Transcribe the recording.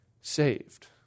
saved